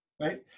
Right